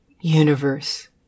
universe